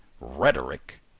rhetoric